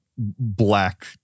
Black